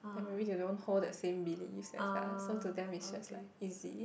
then maybe they don't hold the same beliefs as us so to them it's just like easy